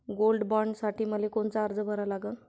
Gold बॉण्डसाठी मले कोनचा अर्ज भरा लागन?